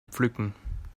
pflücken